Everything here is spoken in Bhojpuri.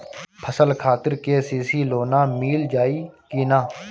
फसल खातिर के.सी.सी लोना मील जाई किना?